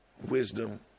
wisdom